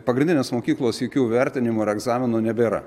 pagrindinės mokyklos jokių vertinimų ar egzaminų nebėra